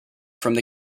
from